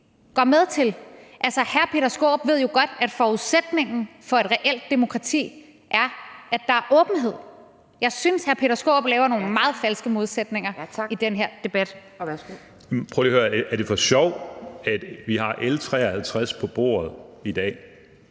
går med til det. Altså, hr. Peter Skaarup ved jo godt, at forudsætningen for et reelt demokrati er, at der er åbenhed. Jeg synes, at hr. Peter Skaarup laver nogle meget falske modsætninger i den her debat. Kl. 17:18 Anden næstformand (Pia Kjærsgaard): Tak.